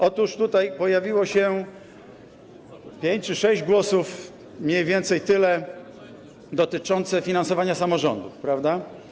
Otóż tutaj pojawiło się pięć czy sześć głosów, mniej więcej tyle, dotyczących finansowania samorządów, prawda?